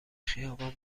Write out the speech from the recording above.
خیابان